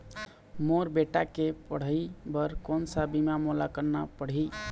मोर बेटा के पढ़ई बर कोन सा बीमा मोला करना पढ़ही?